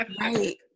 Right